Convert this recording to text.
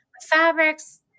Fabrics